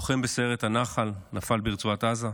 לוחם בסיירת הנח"ל, נפל ברצועת עזה,